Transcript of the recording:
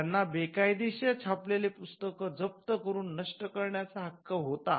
त्यांना बेकायदेशीर छापलेले पुस्तक जप्त करून नष्ट करण्याचा हक्क होता